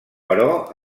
però